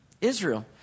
Israel